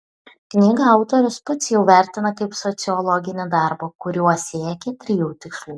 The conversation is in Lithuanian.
knygą autorius pats jau vertina kaip sociologinį darbą kuriuo siekė trijų tikslų